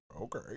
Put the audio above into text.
Okay